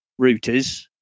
routers